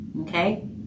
okay